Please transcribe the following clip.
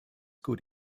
could